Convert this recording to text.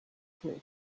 cliff